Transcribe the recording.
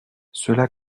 cela